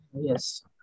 yes